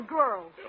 girls